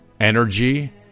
energy